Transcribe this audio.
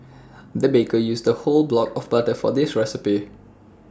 the baker used A whole block of butter for this recipe